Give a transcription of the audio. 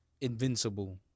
Invincible